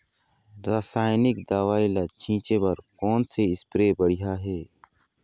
रासायनिक दवई ला छिचे बर कोन से स्प्रे बढ़िया हे?